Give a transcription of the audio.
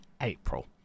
April